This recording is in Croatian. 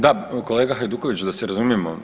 Da, kolega Hajduković da se razumijemo.